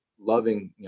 loving